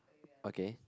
okay